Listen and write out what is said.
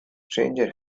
stranger